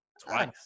twice